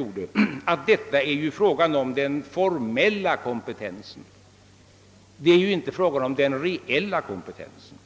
under att detta gäller den formella kompetensen och att det inte är fråga om den reella kompetensen.